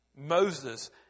Moses